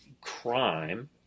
crime